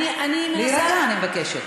להירגע, אני מבקשת.